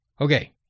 Okay